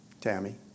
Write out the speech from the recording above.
Tammy